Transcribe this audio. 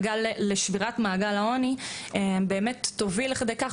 -- לשבירת מעגל העוני תוביל לכדי כך